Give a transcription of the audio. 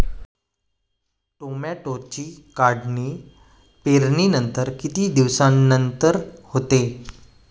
टोमॅटोची काढणी पेरणीनंतर किती दिवसांनंतर होते?